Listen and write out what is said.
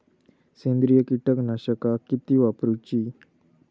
सेंद्रिय कीटकनाशका किती वापरूची?